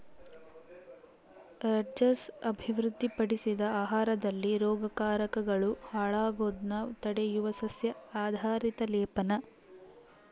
Rutgers ಅಭಿವೃದ್ಧಿಪಡಿಸಿದ ಆಹಾರದಲ್ಲಿ ರೋಗಕಾರಕಗಳು ಹಾಳಾಗೋದ್ನ ತಡೆಯುವ ಸಸ್ಯ ಆಧಾರಿತ ಲೇಪನ